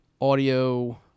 audio